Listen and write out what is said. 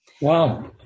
Wow